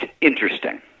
Interesting